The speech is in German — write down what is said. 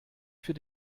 für